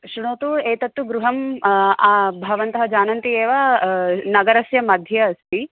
शृणोतु एतत्तु गृहं भवन्तः जानन्ति एव नगरस्य मध्ये अस्ति